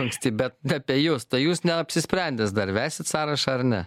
anksti bet apie jus tai jūs neapsisprendęs dar vesit sąrašą ar ne